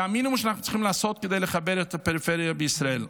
זה המינימום שאנחנו צריכים לעשות כדי לחבר את הפריפריה בישראל.